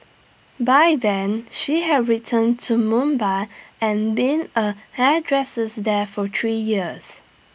by then she have returned to Mumbai and been A hairdressers there for three years